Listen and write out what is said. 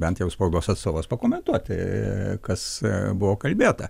bent jau spaudos atstovas pakomentuoti kas buvo kalbėta